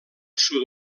sud